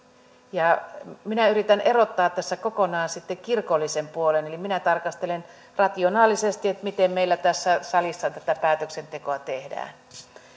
minä yritän erottaa tästä kokonaan sitten kirkollisen puolen eli minä tarkastelen rationaalisesti sitä miten meillä tässä salissa tätä päätöksentekoa tehdään